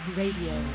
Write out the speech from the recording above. radio